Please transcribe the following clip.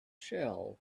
shell